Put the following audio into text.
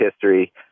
history